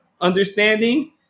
understanding